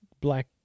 Black